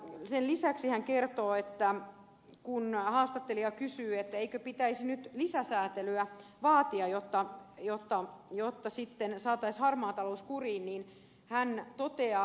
sen lisäksi kun haastattelija kysyy eikö pitäisi nyt lisäsäätelyä vaatia jotta saataisiin harmaa talous kuriin hän toteaa vielä